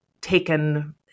taken